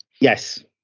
Yes